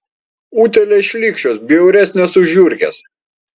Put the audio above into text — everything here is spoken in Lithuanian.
utėlės šlykščios bjauresnės už žiurkes